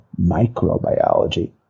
microbiology